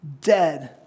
dead